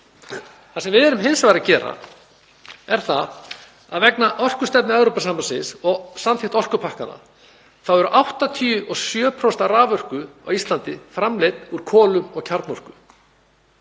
Það sem við erum hins vegar að gera er það að vegna orkustefnu Evrópusambandsins og samþykktar orkupakkanna eru 87% af raforku á Íslandi framleidd úr kolum og kjarnorku.